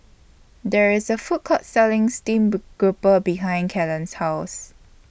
There IS A Food Court Selling Steamed Grouper behind Kellen's House